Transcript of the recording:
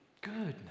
Goodness